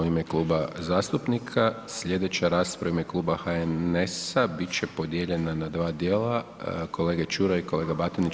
U ime kluba zastupnika, slijedeća rasprava u ime Kluba HNS-a bit će podijeljena na dva dijela kolega Čuraj i kolega Batinić.